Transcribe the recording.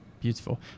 beautiful